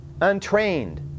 untrained